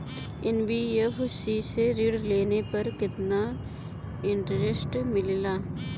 NBFC से ऋण लेने पर केतना इंटरेस्ट मिलेला?